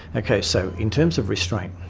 okay, so in terms of restraint,